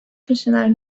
kişiler